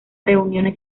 reuniones